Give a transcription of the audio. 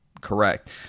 correct